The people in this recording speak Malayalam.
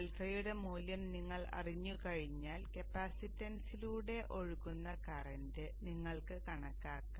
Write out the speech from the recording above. α യുടെ മൂല്യം നിങ്ങൾ അറിഞ്ഞുകഴിഞ്ഞാൽ കപ്പാസിറ്റൻസിലൂടെ ഒഴുകുന്ന കറന്റ് നിങ്ങൾക്ക് കണക്കാക്കാം